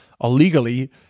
illegally